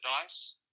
dice